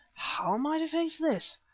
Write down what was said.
how am i to face this?